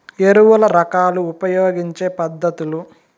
ఎరువుల రకాలు ఉపయోగించే పద్ధతులు?